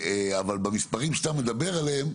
אבל במספרים שאתה מדבר עליהם,